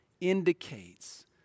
indicates